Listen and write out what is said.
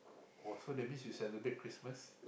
!wah! so that means you celebrate Christmas